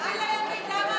העברתם תקציב?